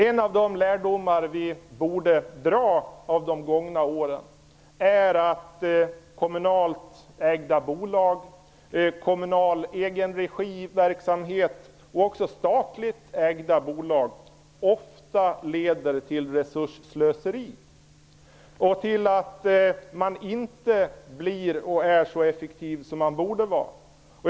En av de lärdomar vi borde dra av de gångna åren är att system med kommunalt ägda bolag, kommunal verksamhet i egen regi och statligt ägda bolag ofta leder till resursslöseri och till att man inte är, och inte blir, så effektiv som man borde vara.